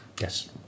yes